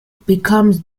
becomes